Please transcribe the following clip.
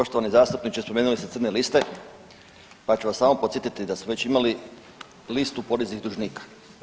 Poštovani zastupniče, spomenuli ste crne liste, pa ću vas samo podsjetiti da smo već imali listu poreznih dužnika.